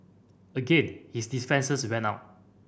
again his defences went up